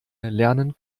lernen